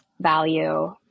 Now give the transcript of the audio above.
value